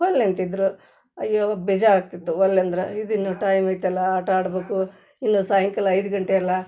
ಒಲ್ಲೆ ಅಂತಿದ್ದರು ಅಯ್ಯೋ ಬೇಜಾರಾಗ್ತಿತ್ತು ಒಲ್ಲೆಂದ್ರೆ ಇದಿನ್ನೂ ಟೈಮ್ ಐತಲ್ಲ ಆಟ ಆಡಬೇಕು ಇನ್ನೂ ಸಾಯಂಕಾಲ ಐದು ಗಂಟೆಯಲ್ಲ